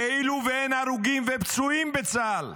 כאילו שאין הרוגים ופצועים בצה"ל,